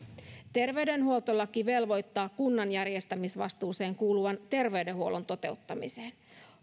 terveydenhuoltolaki velvoittaa kunnan järjestämisvastuuseen kuuluvan terveydenhuollon toteuttamiseen